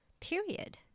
period